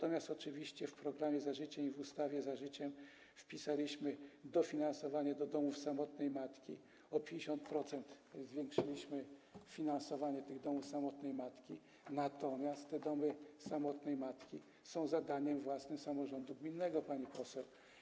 Oczywiście w programie „Za życiem” i w ustawie „Za życiem” zawarliśmy kwestię dofinansowania domów samotnej matki, o 50% zwiększyliśmy finansowanie tych domów samotnej matki, natomiast ta kwestia jest zadaniem własnym samorządu gminnego, pani poseł.